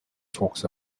talks